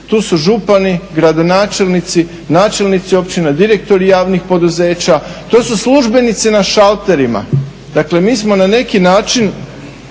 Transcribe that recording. tu su župani, gradonačelnici općina, direktori javnih poduzeća, to su službenici na šalterima. Dakle, mi smo na neki način